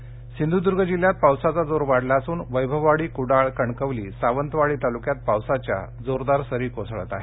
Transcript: सिंधुद्ग पाऊस सिंधुदुग जि ात पावसाचा जोर वाढला असून वैभववाडी कुडाळ कणकवली सावंतवाडी तालु यात पावसा या जोरदार सरी कोसळत आहेत